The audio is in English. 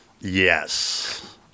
Yes